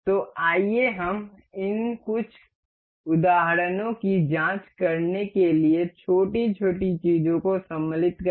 तो आइए हम इन कुछ उदाहरणों की जाँच करने के लिए छोटी छोटी चीज़ों को सम्मिलित करें